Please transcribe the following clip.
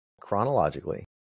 chronologically